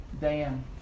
Dan